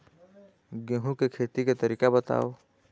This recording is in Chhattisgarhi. गेहूं के खेती के तरीका बताव?